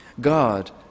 God